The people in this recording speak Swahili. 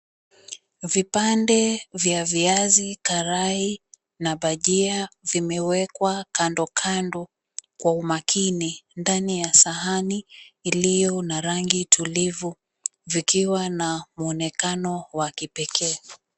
Vipande vya viazi karai na bajia vimeekwa kando kando kwa umakini ndani ya sahani iliyo na rangi tulivu ikiwa na muonekano wa kipekee.